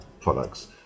products